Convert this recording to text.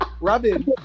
Robin